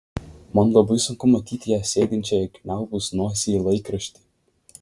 man labai sunku matyti ją sėdinčią įkniaubus nosį į laikraštį